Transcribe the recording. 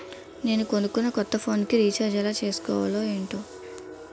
నేను కొనుకున్న కొత్త ఫోన్ కి రిచార్జ్ ఎలా చేసుకోవాలో ఏంటో